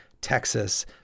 Texas